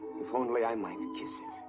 if only i might kiss it.